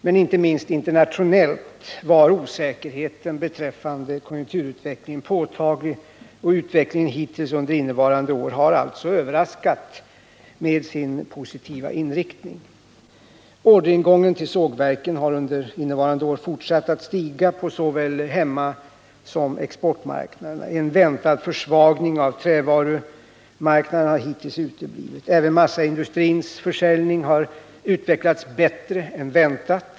men inte minst internationellt var osäkerheten beträffande konjunkturutvecklingen påtaglig, och utvecklingen hittills under innevarande år har alltså överraskat med sin positiva inriktning. Orderingången till sågverken har under innevarande år fortsatt att stiga på såväl hemmamarknaden som exportmarknaderna. En väntad försvagning av trävarumarknaden har hittills uteblivit. Även massaindustrins försäljning har utvecklats bättre än väntat.